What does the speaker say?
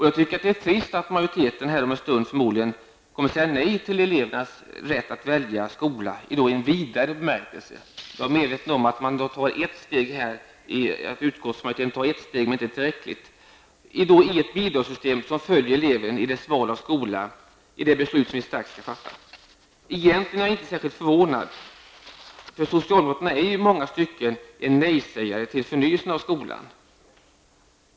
Jag tycker att det är trist att majoriteten om en stund förmodligen kommer att säga nej till elevernas rätt att i en vidare bemärkelse välja skola -- jag är medveten om att utskottsmajoriteten tar ett steg i denna riktning men det är inte tillräckligt -- och ett bidragssystem som följer eleven i dess val av skola i det beslut som vi strax skall fatta. Egentligen är jag inte särskilt förvånad. Socialdemokraterna är i många stycken nejsägare till förnyelse av skolan.